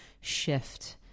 shift